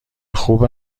خوب